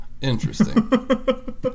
Interesting